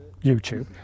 YouTube